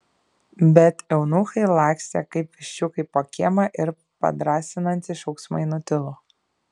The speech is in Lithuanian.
bet eunuchai lakstė kaip viščiukai po kiemą ir padrąsinantys šauksmai nutilo